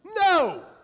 No